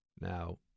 Now